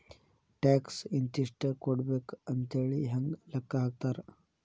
Tax ಇಂತಿಷ್ಟ ಕೊಡ್ಬೇಕ್ ಅಂಥೇಳಿ ಹೆಂಗ್ ಲೆಕ್ಕಾ ಹಾಕ್ತಾರ?